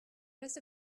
rest